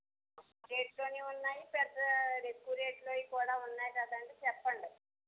తక్కువ రేట్లోనూ ఉన్నాయి పెద్ద ఎక్కువ రేట్లోవి కూడా ఉన్నాయి కదండి చెప్పండి